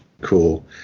cool